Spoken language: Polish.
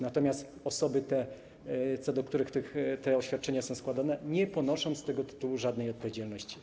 Natomiast osoby, co do których te oświadczenia są składane, nie ponoszą z tego tytułu żadnej odpowiedzialności.